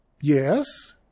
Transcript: Yes